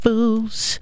Fools